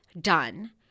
done